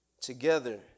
together